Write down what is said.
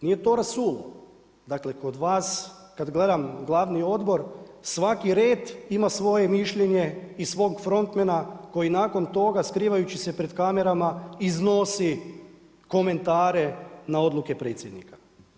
Nije to rasulo, dakle, kod vas kad gledam glavni odbor, svaki red ima svoje mišljenje, i svog frontmena, koji nakon toga skrivajući se pred kamerama iznosi komentare na odluke predsjednika.